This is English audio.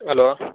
hello